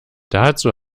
dazu